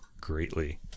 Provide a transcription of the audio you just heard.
greatly